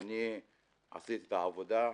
ואני עשיתי את העבודה.